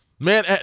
Man